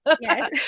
yes